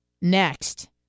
Next